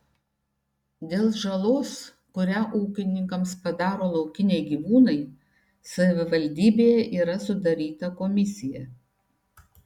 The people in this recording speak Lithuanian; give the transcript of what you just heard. dėl žalos kurią ūkininkams padaro laukiniai gyvūnai savivaldybėje yra sudaryta komisija